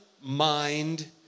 mind